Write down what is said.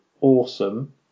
awesome